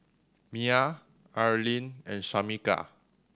Mia Arlyne and Shamika